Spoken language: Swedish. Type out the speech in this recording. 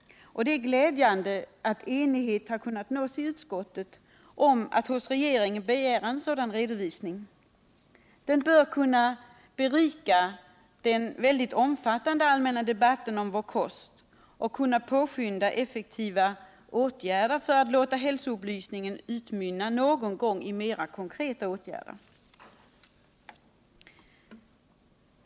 Det är glädjande att enighet har kunnat nås i utskottet om att hos regeringen begära en sådan utredning. Den bör kunna berika den omfattande allmänna debatten om vår kost och kunna påskynda effektiva åtgärder för att låta hälsoupplysningen någon gång utmynna i mera konkreta åtgärder.